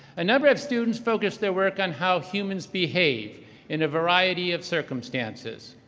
a number of students focused their work on how humans behave in a variety of circumstances.